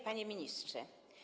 Panie Ministrze!